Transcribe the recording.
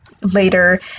later